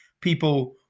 people